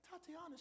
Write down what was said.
Tatiana